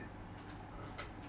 -EMPTY-1